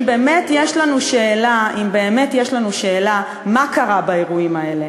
אם באמת יש לנו שאלה מה קרה באירועים האלה,